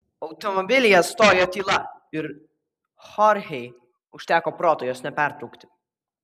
automobilyje stojo tyla ir chorchei užteko proto jos nepertraukti